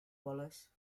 wallis